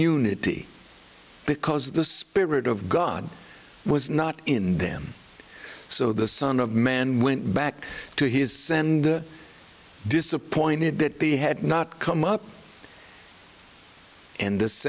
unity because the spirit of god was not in them so the son of man went back to his disappointed that they had not come up and this